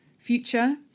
future